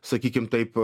sakykim taip a